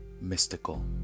mystical